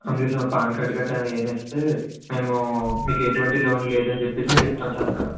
అందుకోసమని PAN card గట్రా ఇవన్నీ ఇస్తే మేము మీకు ఎటువంటి లోను లేదని చెప్పి మేం చెప్తాము సార్ అక్కడ